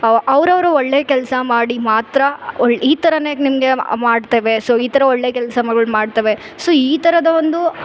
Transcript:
ಅವು ಅವ್ರ ಅವರ ಒಳ್ಳೆ ಕೆಲಸ ಮಾಡಿ ಮಾತ್ರ ಒಳ ಈ ಥರಾ ನಿಮಗೆ ಮಾಡ್ತೇವೆ ಸೊ ಈ ಥರ ಒಳ್ಳೆ ಕೆಲ್ಸಗಳು ಮಾಡ್ತೇವೆ ಸೊ ಈ ತರಹದ ಒಂದು